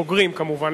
בוגרים כמובן,